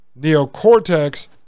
neocortex